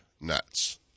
nuts